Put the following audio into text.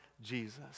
Jesus